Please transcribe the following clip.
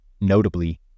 Notably